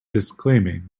disclaiming